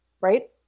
right